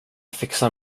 fixar